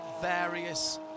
various